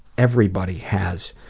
everybody, has